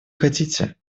хотите